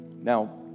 Now